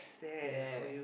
yea